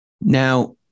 Now